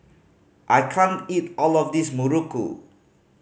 I can't eat all of this muruku